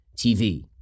TV